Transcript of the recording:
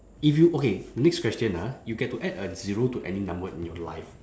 if you okay next question ah you get to add a zero to any number in your life